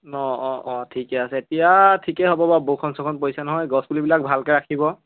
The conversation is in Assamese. অ' অ' অ' ঠিকে আছে এতিয়া ঠিকেই হ'ব বাৰু বৰষুণ চৰষুণ পৰিছে নহয় গছ পুলিবিলাক ভালকৈ ৰাখিব